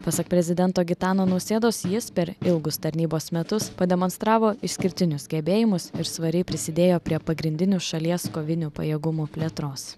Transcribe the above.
pasak prezidento gitano nausėdos jis per ilgus tarnybos metus pademonstravo išskirtinius gebėjimus ir svariai prisidėjo prie pagrindinių šalies kovinių pajėgumų plėtros